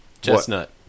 Chestnut